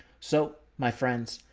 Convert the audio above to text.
so my friends,